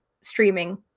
streaming